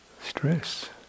Stress